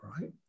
right